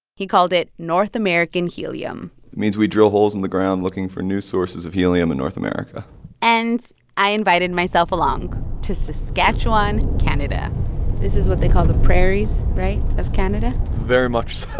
he called it north american helium means we drill holes in the ground looking for new sources of helium in north america and i invited myself along to saskatchewan, canada this is what they call the prairies right? of canada very much so,